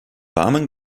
warmen